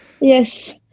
Yes